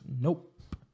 Nope